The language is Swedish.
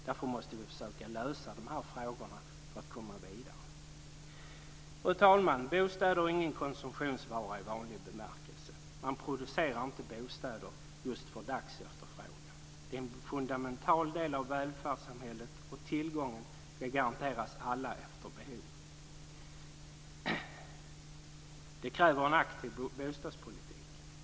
Därför måste vi försöka lösa frågorna för att komma vidare. Fru talman! Bostäder är ingen konsumtionsvara i vanlig bemärkelse. Man producerar inte bostäder för dagsefterfrågan. De är en fundamental del av välfärdssamhället. Tillgången ska garanteras alla efter behov. Detta kräver en aktiv bostadspolitik.